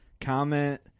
Comment